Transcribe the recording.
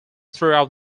throughout